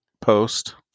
post